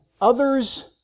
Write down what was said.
others